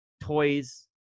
toys